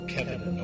Kevin